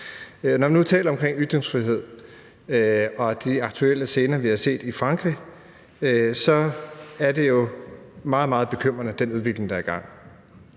Når nu vi taler om ytringsfrihed og de aktuelle scener, vi har set i Frankrig, så er den udvikling, der er i gang,